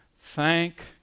thank